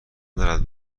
دارد